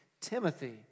Timothy